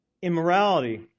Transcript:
Immorality